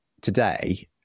today